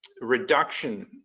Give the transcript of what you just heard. reduction